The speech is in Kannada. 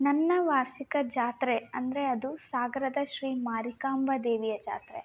ನನ್ನ ವಾರ್ಷಿಕ ಜಾತ್ರೆ ಅಂದರೆ ಅದು ಸಾಗರದ ಶ್ರೀ ಮಾರಿಕಾಂಬಾ ದೇವಿಯ ಜಾತ್ರೆ